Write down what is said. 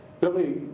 Billy